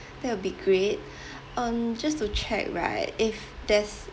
that will be great um just to check right if there's